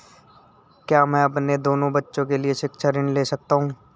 क्या मैं अपने दोनों बच्चों के लिए शिक्षा ऋण ले सकता हूँ?